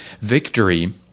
victory